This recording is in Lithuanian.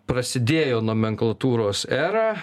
prasidėjo nomenklatūros era